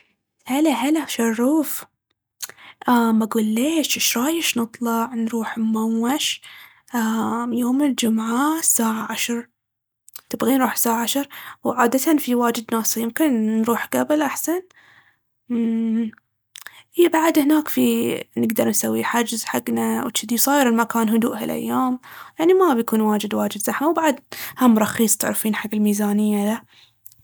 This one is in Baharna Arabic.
هلا هلا شروف، أمم بقول ليش شرايش نطلع نروح أمّوش أمم يوم الجمعة الساعة عشر؟ تبغين نروح الساعة عشر؟ هو عادةً في واجد ناس فيمكن نروح قبل أحسن؟ أمم إي بعد هناك في نقدر نسوي حجز حقنا وجذي وصاير المكان هدوء هالأيام، يعني ما بيكون واجد واجد زحمة. وبعد هم رخيص تعرفين حق الميزانية لا.